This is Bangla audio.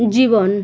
জীবন